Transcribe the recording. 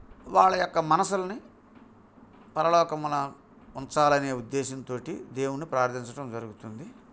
వాళ్ళ యొక్క మనసుల్ని పరలోకమున ఉంచాలనే ఉద్దేశంతోటి దేవున్ని ప్రార్థించటం జరుగుతుంది